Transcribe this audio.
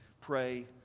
pray